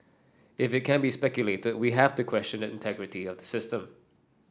if it can be speculated we have to question the integrity of the system